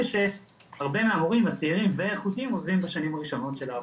שהרבה מהמורים הצעירים והאיכותיים עוזבים בשנים הראשונות של העבודה.